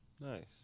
Nice